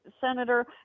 senator